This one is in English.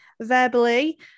verbally